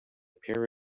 pair